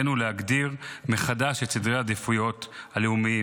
עלינו להגדיר מחדש את סדרי העדיפויות הלאומיים.